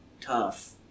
tough